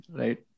right